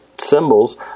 symbols